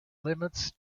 limits